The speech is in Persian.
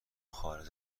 خارج